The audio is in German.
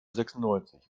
sechsundneunzig